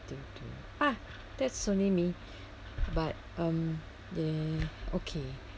due to ah that's only me but um ya okay